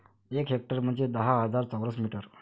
एक हेक्टर म्हंजे दहा हजार चौरस मीटर